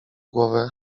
głowę